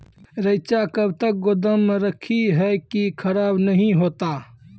रईचा कब तक गोदाम मे रखी है की खराब नहीं होता?